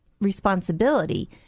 responsibility